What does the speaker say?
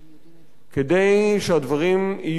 כדי שהדברים יהיו ברורים,